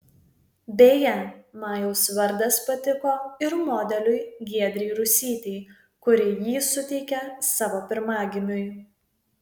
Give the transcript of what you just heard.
beje majaus vardas patiko ir modeliui giedrei rusytei kuri jį suteikė savo pirmagimiui